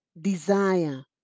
desire